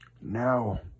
Now